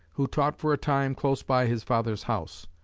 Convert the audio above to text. who taught for a time close by his father's house.